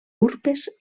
urpes